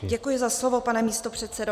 Děkuji za slovo, pane místopředsedo.